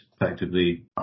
effectively